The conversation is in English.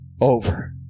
over